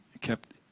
kept